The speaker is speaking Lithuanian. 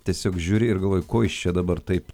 tiesiog žiūri ir galvoji ko jis čia dabar taip